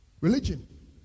Religion